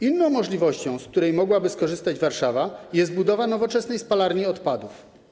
Inną możliwością, z której mogłaby skorzystać Warszawa, jest budowa nowoczesnej spalarni odpadów.